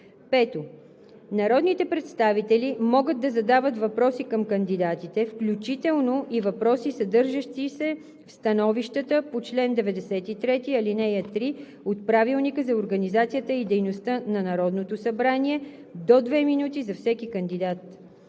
5. Народните представители могат да задават въпроси към кандидатите, включително и въпроси, съдържащи се в становищата по чл. 93, ал. 3 от Правилника за организацията и дейността на Народното събрание – до две минути за всеки кандидат.